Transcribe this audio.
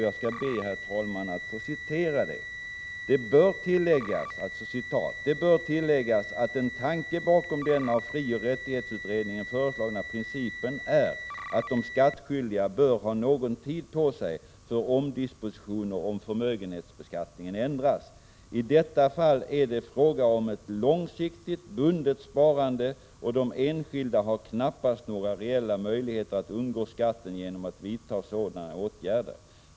Jag skall, herr talman, be att få citera ur lagrådets yttrande: ”Det bör tilläggas att en tanke bakom den av frioch rättighetsutredningen föreslagna principen är, att de skattskyldiga bör ha någon tid på sig för omdispositioner om förmögenhetsbeskattningen ändras. I detta fall är det fråga om ett långsiktigt, bundet sparande, och de enskilda har knappast några reella möjligheter att undgå skatten genom att vidta sådana åtgärder.